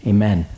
Amen